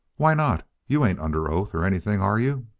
why not? you ain't under oath, or anything, are you?